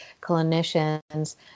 clinicians